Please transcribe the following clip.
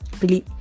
Believe